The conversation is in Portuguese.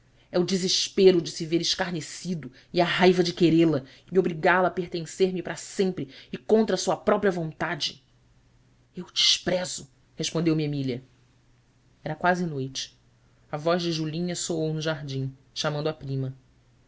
é o desespero de se ver escarnecido e a raiva de querê la e obrigá-la a pertencer me para sempre e contra sua própria vontade u desprezo respondeu-me emília era quase noite a voz de julinha soou no jardim chamando a prima